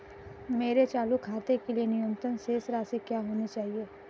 मेरे चालू खाते के लिए न्यूनतम शेष राशि क्या होनी चाहिए?